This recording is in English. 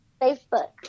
Facebook